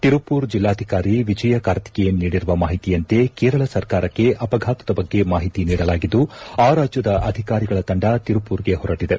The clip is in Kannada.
ತಿರುಪ್ಪೂರ್ ಜಿಲ್ಲಾಧಿಕಾರಿ ವಿಜಯ ಕಾರ್ತಿಕೇಯನ್ ನೀಡಿರುವ ಮಾಹಿತಿಯಂತೆ ಕೇರಳ ಸರ್ಕಾರಕ್ಕೆ ಅಪಘಾತದ ಬಗ್ಗೆ ಮಾಹಿತಿ ನೀಡಲಾಗಿದ್ದು ಆ ರಾಜ್ಯದ ಅಧಿಕಾರಿಗಳ ತಂಡ ತಿರುಪ್ಪೂರ್ಗೆ ಹೊರಟಿದೆ